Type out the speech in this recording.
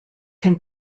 can